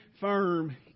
firm